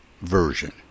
version